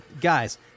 Guys